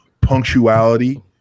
Punctuality